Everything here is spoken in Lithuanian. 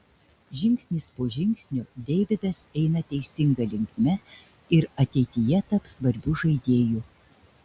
žingsnis po žingsnio deividas eina teisinga linkme ir ateityje taps svarbiu žaidėju